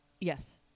Yes